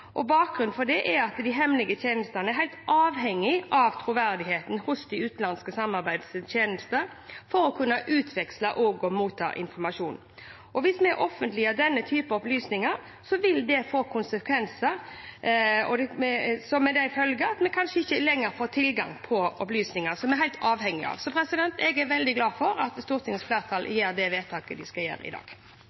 Bakgrunnen for det er at de hemmelige tjenestene er helt avhengig av troverdighet hos de utenlandske samarbeidstjenestene for å kunne utveksle og motta informasjon. Hvis vi offentliggjør denne typen opplysninger, vil det få som konsekvens at vi kanskje ikke lenger får tilgang på opplysninger som vi er helt avhengige av. Så jeg er veldig glad for at Stortingets flertall fatter det vedtaket det skal gjøre i dag.